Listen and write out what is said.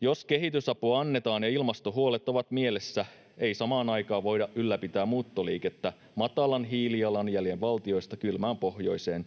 Jos kehitysapua annetaan ja ilmastohuolet ovat mielessä, ei samaan aikaan voida ylläpitää muuttoliikettä matalan hiilijalanjäljen valtioista kylmään pohjoiseen.